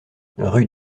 rue